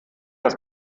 als